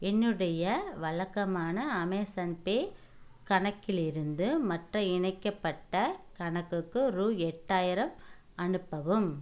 என்னுடைய வழக்கமான அமேஸான்பே கணக்கிலிருந்து மற்ற இணைக்கப்பட்ட கணக்குக்கு ரூ எட்டாயிரம் அனுப்பவும்